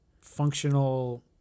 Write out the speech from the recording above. functional